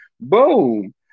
Boom